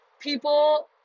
people